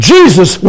Jesus